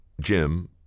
Jim